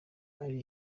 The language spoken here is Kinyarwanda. ari